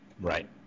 Right